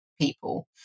people